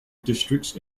districts